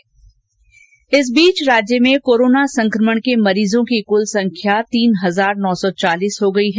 वहीं राज्य में कोरोना संकमण के मरीजों की कुल संख्या तीन हजार नौ सौ चालीस हो गयी है